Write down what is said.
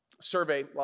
survey